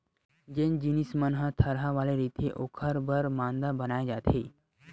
जेन जिनिस मन ह थरहा वाले रहिथे ओखर बर मांदा बनाए जाथे